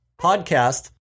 podcast